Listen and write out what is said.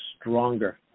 stronger